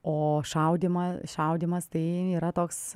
o šaudymo šaudymas tai yra toks